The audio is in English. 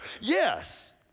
yes